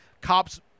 cops